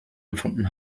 gefunden